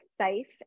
safe